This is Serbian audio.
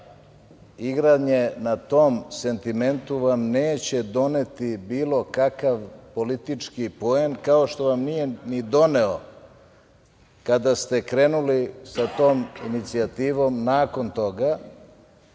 igranje na tom sentimentu vam neće doneti bilo kakav politički poen, kao što vam nije ni doneo kada ste krenuli sa tom inicijativom nakon toga.